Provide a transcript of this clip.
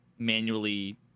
manually